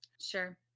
Sure